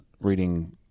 reading